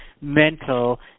mental